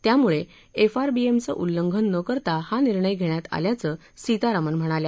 त्यामुळे एफआरबीएमचे उल्लंघन न करता हा निर्णय घेण्यात आल्याचे सीतारामन म्हणाल्या